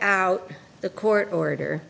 out the court order